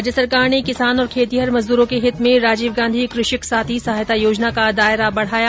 राज्य सरकार ने किसान और खेतीहर मजदूरों के हित में राजीव गांधी कृषक साथी सहायता योजना का दायरा बढ़ाया